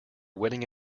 wedding